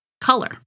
color